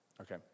okay